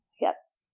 yes